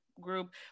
Group